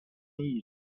争议